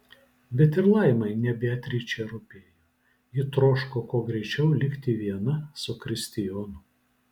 bet ir laimai ne beatričė rūpėjo ji troško kuo greičiau likti viena su kristijonu